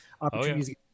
opportunities